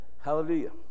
hallelujah